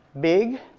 big,